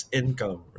income